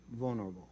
vulnerable